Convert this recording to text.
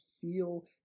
feel